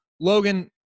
Logan